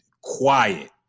quiet